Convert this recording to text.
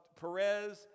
Perez